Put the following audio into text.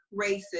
racist